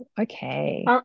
Okay